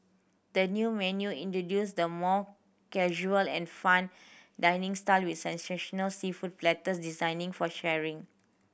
the new menu introduces the more casual and fun dining style with sensational seafood platters designing for sharing